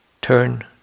turn